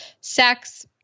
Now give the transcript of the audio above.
sex